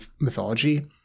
mythology